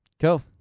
Cool